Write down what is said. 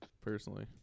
personally